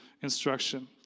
instruction